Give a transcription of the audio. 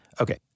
okay